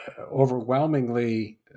overwhelmingly